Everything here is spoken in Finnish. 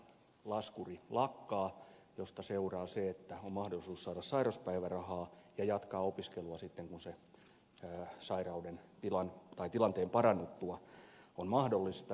opintotukiaikalaskuri lakkaa mistä seuraa se että on mahdollisuus saada sairauspäivärahaa ja jatkaa opiskelua sitten kun se tilanteen parannuttua on mahdollista